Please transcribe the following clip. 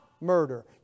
murder